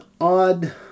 odd